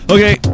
Okay